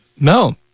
No